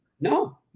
No